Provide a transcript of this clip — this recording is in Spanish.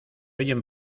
oyen